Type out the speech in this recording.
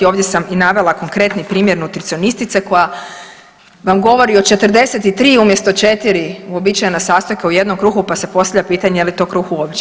Ovdje sam i navela konkretni primjer nutricionistice koja vam govori o 43 umjesto 4 uobičajena sastojka u jednom kruhu, pa se postavlja pitanje je li to kruh uopće.